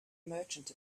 merchant